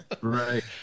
Right